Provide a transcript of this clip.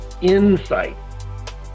Insight